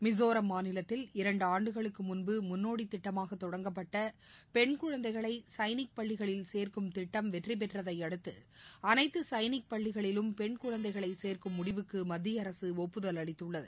மிசோரம் மாநிலத்தில் இரண்டுஆண்டுகளுக்குமுன்பு முன்னோடிதிட்டமாகதொடங்கப்பட்டபெண் குழந்தைகளைசைனிக் பள்ளிகளில் சேர்க்கும் திட்டம் வெற்றிபெற்றதைஅடுத்துஅனைத்துசைனிக் பள்ளிகளிலும் பெண் குழந்தைகளைசேர்க்கும் முடிவுக்குமத்தியஅரசுஒப்புதல் அளித்துள்ளது